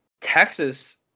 Texas